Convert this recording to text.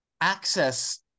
access